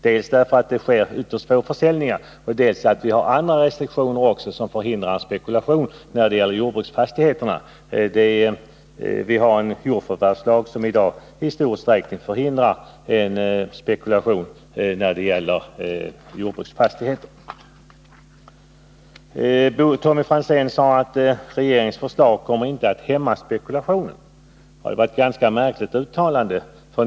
Dels förekommer ytterst få försäljningar, dels föreligger olika restriktioner som förhindrar spekulation med jordbruksfastigheter. Sådan spekulation förebyggs i dag i stor utsträckning genom jordförvärvslagen. Tommy Franzén sade att regeringens förslag inte kommer att hämma spekulationen. Det var ett ganska märkligt uttalande.